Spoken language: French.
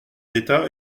d’état